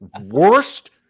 worst